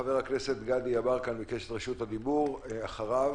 חבר הכנסת גדי יברקן ביקש את רשות הדיבור, אחריו